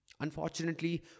Unfortunately